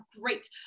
great